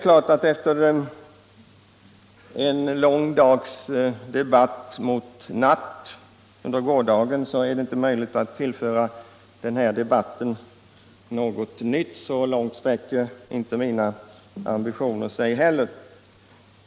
Efter gårdagens långa debatt är det givetvis inte möjligt att nu tillföra debatten något nytt. Så långt sträcker sig heller inte mina ambitioner.